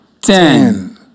ten